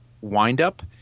windup